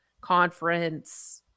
conference